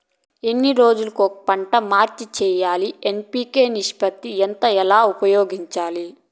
ఎన్ని రోజులు కొక పంట మార్చి సేయాలి ఎన్.పి.కె నిష్పత్తి ఎంత ఎలా ఉపయోగించాలి?